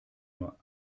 nur